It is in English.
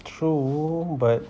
true but